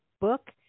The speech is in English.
book